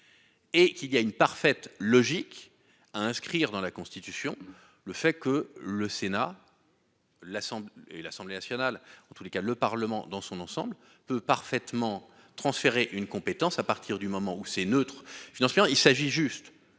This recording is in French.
Et qu'il y a une parfaite logique à inscrire dans la Constitution le fait que le Sénat. L'Assemblée et l'Assemblée nationale. En tous les cas le Parlement dans son ensemble peut parfaitement transférer une compétence à partir du moment où c'est neutre. Je suis